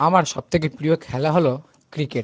আমার সব থেকে প্রিয় খেলা হলো ক্রিকেট